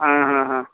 आ हा हा